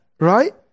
Right